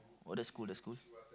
oh that's cool that's cool